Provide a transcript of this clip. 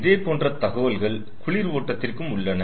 இதேபோன்ற தகவல்கள் குளிர் ஓட்டத்திற்கும் உள்ளன